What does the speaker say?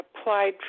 applied